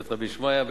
מה, מה נפל?